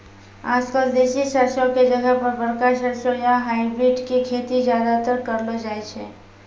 आजकल देसी सरसों के जगह पर बड़का सरसों या हाइब्रिड के खेती ज्यादातर करलो जाय छै